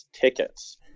tickets